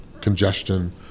congestion